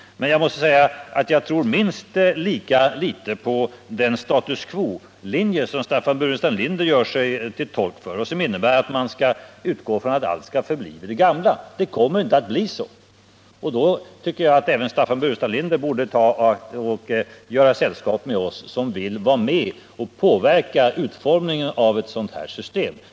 Men jag måste säga att jag tror minst lika litet på den status quo-linje som Staffan Burenstam Linder gör sig till tolk för och som innebär att man utgår från att allt skall förbli vid det gamla. Det kommer inte att bli så. Och då borde även Staffan Burenstam Linder göra sällskap med oss som vill vara med och påverka utformningen av ett sådant här system.